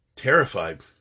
terrified